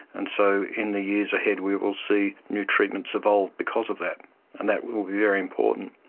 and so in the years ahead we will see new treatments evolve because of that and that will be very important.